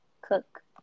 cook